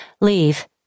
Leave